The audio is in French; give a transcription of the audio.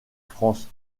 france